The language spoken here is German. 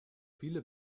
viele